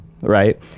right